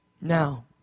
Now